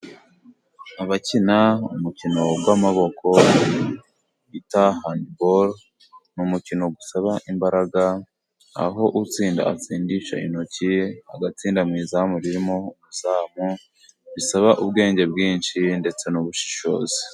Abakina umukino w'amaboko bita handibolo , ni umukino usaba imbaraga aho utsinda atsindisha intoki, agatsinda mu izamu ririmo umuzamu, bisaba ubwenge bwinshi ndetse n'ubushishozi.